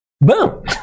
Boom